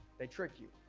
they trick you.